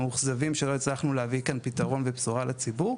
מאוכזבים שלא הצלחנו להביא כאן פתרון ובשורה לציבור.